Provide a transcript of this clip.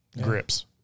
grips